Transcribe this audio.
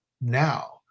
now